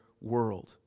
world